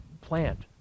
plant